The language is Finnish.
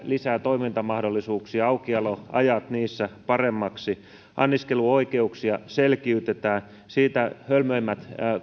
lisää toimintamahdollisuuksia aukioloajat niissä paremmiksi anniskeluoikeuksia selkiytetään siitä hölmöimmät